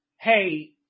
hey